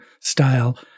style